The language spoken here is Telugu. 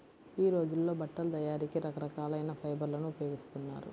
యీ రోజుల్లో బట్టల తయారీకి రకరకాల ఫైబర్లను ఉపయోగిస్తున్నారు